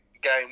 game